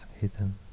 hidden